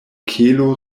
kelo